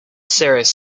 serious